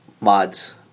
Mods